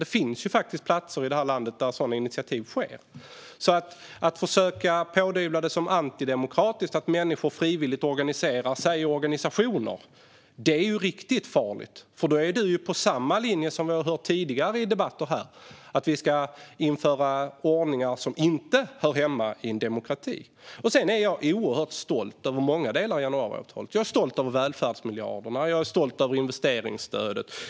Det finns faktiskt platser i landet där sådana initiativ sker. Att därför försöka påstå att det är antidemokratiskt när människor frivilligt organiserar sig är ju riktigt farligt. Då är Lars Beckman på samma linje som vi har hört i tidigare debatter här, nämligen att vi ska införa ordningar som inte hör hemma i en demokrati. Jag är oerhört stolt över många delar i januariavtalet. Jag är stolt över välfärdsmiljarderna. Jag är stolt över investeringsstödet.